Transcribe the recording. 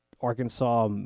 Arkansas